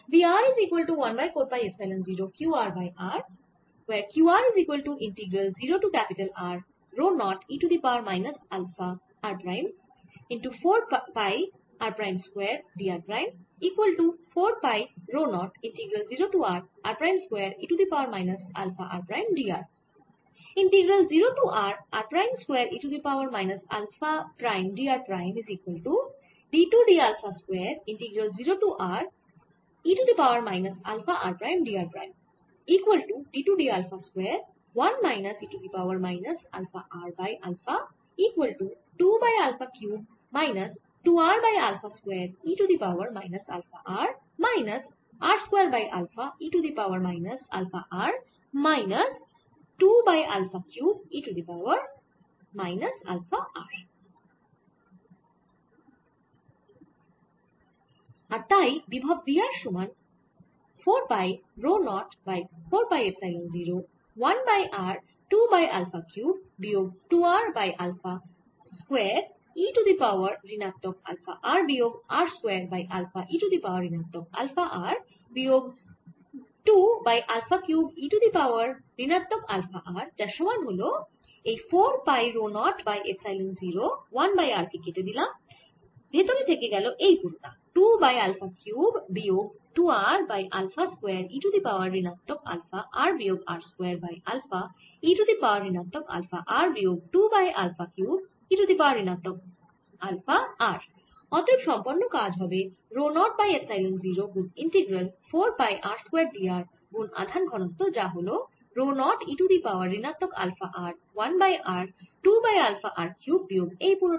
আর তাই বিভব v r সমান 4 pi rho 0 by 4 pi epsilon 0 1 by r 2 by alpha cube বিয়োগ 2 r by alpha square e to the power ঋণাত্মক alpha r বিয়োগ r square by alpha e to the power ঋণাত্মক alpha r বিয়োগ 2 by alpha cube e to the power ঋণাত্মক alpha r যার সমান হল এই 4 pi rho 0 by epsilon 01 by r কে কেটে দিলাম ভেতরে থেকে গেল এই পুরোটা 2 বাই আলফা কিউব বিয়োগ 2 r by alpha square e to the power ঋণাত্মক আলফা r বিয়োগ r square by alpha e to the power ঋণাত্মক আলফা r বিয়োগ 2 by alpha cube e to the power ঋণাত্মক আলফা r অতএব সম্পন্ন কাজ হবে রো 0 বাই এপসাইলন 0 গুন integral 4 pi r square d r গুন আধান ঘনত্ব যা হল rho 0 e to the power ঋণাত্মক alpha r 1 by r 2 by alpha r cube বিয়োগ এই পুরোটা